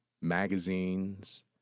magazines